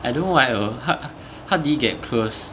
I don't know why hor how how did it get closed